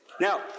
Now